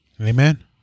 Amen